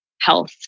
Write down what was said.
health